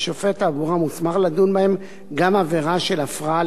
ששופט תעבורה מוסמך לדון בהן גם עבירה של הפרעה